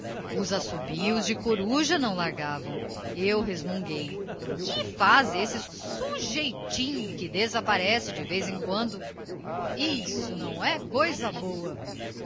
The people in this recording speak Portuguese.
os assobios de coruja não largavam eu resmunguei que faz esse sujeitinho que desapparece de vez em quando isto não é coisa boa